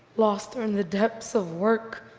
lost her in the depths of work,